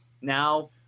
now